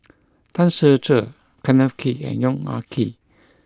Tan Ser Cher Kenneth Kee and Yong Ah Kee